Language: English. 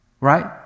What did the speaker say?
Right